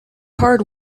hard